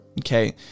okay